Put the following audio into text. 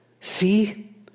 see